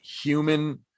human